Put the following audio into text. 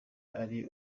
ari